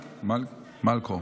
מלקו,